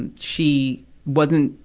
and she wasn't,